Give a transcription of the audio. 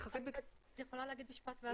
את יכולה להגיד משפט ואז אני.